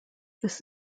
this